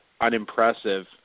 unimpressive